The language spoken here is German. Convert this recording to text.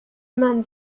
man